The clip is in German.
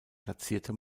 platzierte